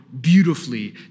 beautifully